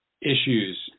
issues